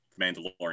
Mandalorian